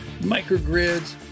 microgrids